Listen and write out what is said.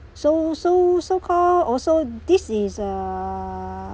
so so so call also this is uh